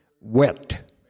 wet